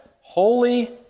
holy